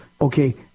okay